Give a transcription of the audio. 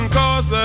cause